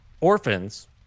orphans